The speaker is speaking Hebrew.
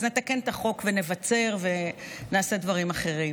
אז נתקן את החוק, נבצר ונעשה דברים אחרים.